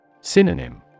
Synonym